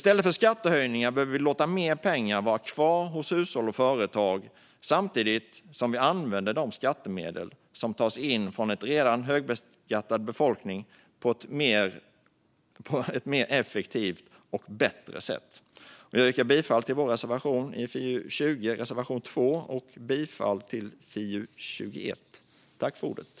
I stället för skattehöjningar behöver vi låta mer pengar vara kvar hos hushåll och företag samtidigt som vi använder de skattemedel som tas in från en redan högbeskattad befolkning på ett mer effektivt och bättre sätt. Jag yrkar bifall till vår reservation nummer 2 i FiU20 och bifall till utskottets förslag i FiU21.